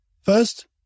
First